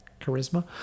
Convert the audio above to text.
charisma